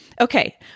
Okay